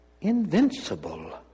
invincible